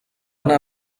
anar